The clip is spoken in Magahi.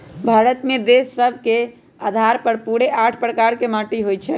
भारत में क्षेत्र सभ के अधार पर पूरे आठ प्रकार के माटि होइ छइ